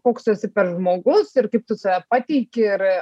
koks tu esi per žmogus ir kaip tu save pateiki ir